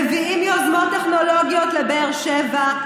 מביאים יוזמות טכנולוגיות לבאר שבע.